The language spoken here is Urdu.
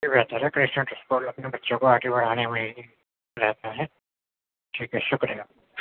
یہ بہتر ہے بیشک کوئی اپنے بچوں کو آگے بڑھا نے میں رہتا ہے ٹھیک ہے شکریہ